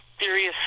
serious